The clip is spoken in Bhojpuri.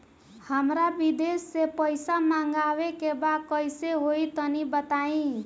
हमरा विदेश से पईसा मंगावे के बा कइसे होई तनि बताई?